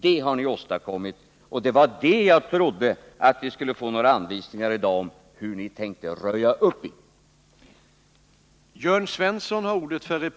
Det har ni åstadkommit, och jag trodde att vi i dag skulle få några anvisningar om hur ni tänkte röja upp i detta.